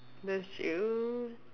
that's true